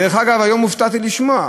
דרך אגב, היום הופתעתי לשמוע,